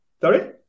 sorry